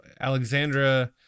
alexandra